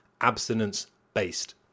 abstinence-based